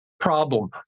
Problem